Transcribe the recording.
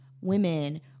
women